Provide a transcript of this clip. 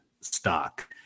stock